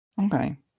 okay